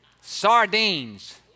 Sardines